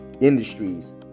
industries